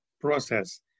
process